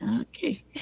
Okay